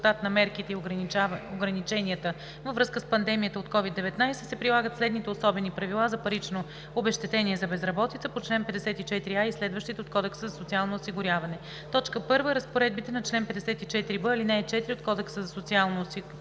резултат на мерките и ограниченията във връзка с пандемията от COVID-19, се прилагат следните особени правила за паричното обезщетение за безработица по чл. 54а и следващите от Кодекса за социално осигуряване: 1. Разпоредбата на чл. 54б, ал. 4 от Кодекса за социалното осигуряване